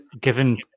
given